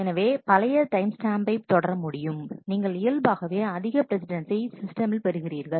எனவே உங்கள் பழைய டைம்ஸ் ஸ்டாம்ப்பை தொடர முடியும் நீங்கள் இயல்பாகவே அதிக பிரஸிடெண்ட்சை சிஸ்டமில் பெறுகிறீர்கள்